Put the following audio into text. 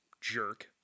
jerk